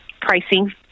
pricing